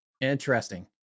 Interesting